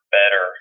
better